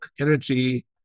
energy